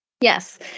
Yes